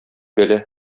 бәла